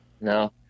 no